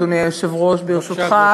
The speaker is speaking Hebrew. אדוני היושב-ראש,